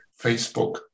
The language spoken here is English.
Facebook